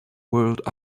world